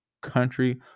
country